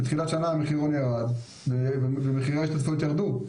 בתחילת שנה המחירון ירד ומחירי ההשתתפות ירדו.